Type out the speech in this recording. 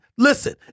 Listen